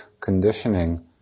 conditioning